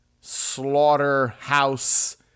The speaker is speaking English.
slaughterhouse